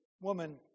woman